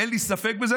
אין לי ספק בזה.